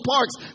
Parks